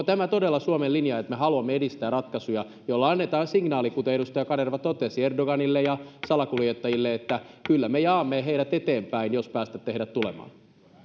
tämä todella suomen linja että me haluamme edistää ratkaisuja joilla annetaan se signaali kuten edustaja kanerva totesi erdoganille ja salakuljettajille että kyllä me jaamme heidät eteenpäin jos päästätte heidät tulemaan